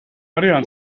arian